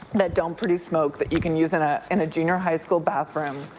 that don't produce smoke that you can use in ah in a junior high school bathroom,